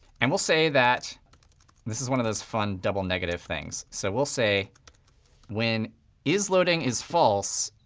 and we'll say that this is one of those fun double negative things so we'll say when is loading is false,